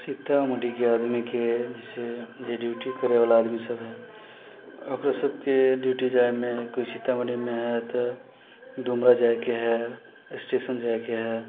सीतामढ़ीके आदमीके जइसे जे ड्यूटी करैवला आदमी हइ ओकरा सबके ड्यूटी जाइमे कोइ सीतामढ़ीमे हइ तऽ डुमरा जाइके हइ स्टेशन जाइके हइ